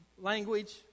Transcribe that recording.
language